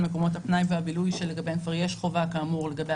על מקומות הפנאי והבילוי שלגביהם כבר יש חובה כאמור לגבי